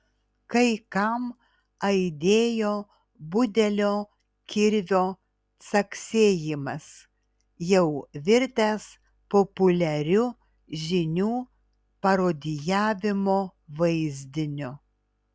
kai kam aidėjo budelio kirvio caksėjimas jau virtęs populiariu žinių parodijavimo vaizdiniu